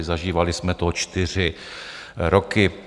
Zažívali jsme to čtyři roky.